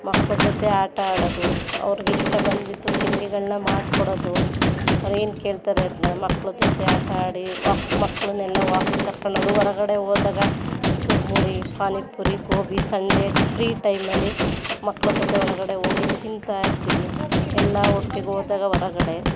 ಮಕ್ಳ ಜೊತೆ ಆಟ ಆಡೋದು ಅವರಿಗಿಷ್ಟ ಬಂದಿದ್ದು ತಿಂಡಿಗಳನ್ನ ಮಾಡ್ಕೊಡೋದು ಅವ್ರೇನು ಕೇಳ್ತಾರೆ ಅದನ್ನ ಮಕ್ಳ ಜೊತೆ ಆಟ ಆಡಿ ವಾಕ್ ಮಕ್ಕಳನ್ನೆಲ್ಲ ವಾಕಿಂಗ್ ಕರ್ಕೊಂಡೋಗೋದು ಹೊರಗಡೆ ಹೋದಾಗ ಚುರುಮುರಿ ಪಾನಿಪುರಿ ಗೋಬಿ ಸಂಡೇ ಫ್ರೀ ಟೈಮಲ್ಲಿ ಮಕ್ಳ ಜೊತೆ ಹೊರಗಡೆ ಹೋಗಿ ತಿಂತಾ ಇರ್ತೀವಿ ಎಲ್ಲ ಒಟ್ಟಿಗೆ ಹೋದಾಗ ಹೊರಗಡೆ